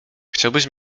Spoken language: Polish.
chciałbyś